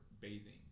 bathing